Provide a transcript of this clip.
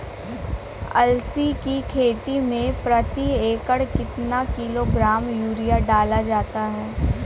अलसी की खेती में प्रति एकड़ कितना किलोग्राम यूरिया डाला जाता है?